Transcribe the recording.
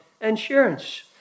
insurance